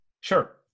sure